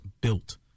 built